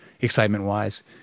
excitement-wise